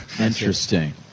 Interesting